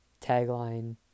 tagline